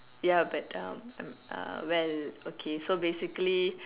ya but um uh well okay so basically